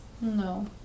No